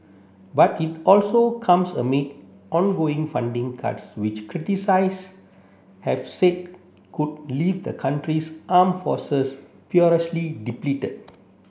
but it also comes amid ongoing funding cuts which criticise have said could leave the country's arm forces perilously depleted